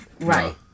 Right